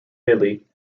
hilly